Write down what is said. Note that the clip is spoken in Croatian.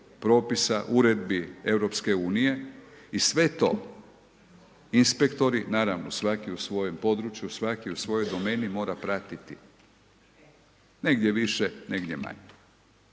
propisa, uredbi EU i sve to inspektori, naravno svaki u svojem području, svaki u svojoj domeni mora pratiti, negdje više, negdje manje.